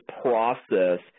process